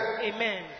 Amen